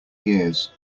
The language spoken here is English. years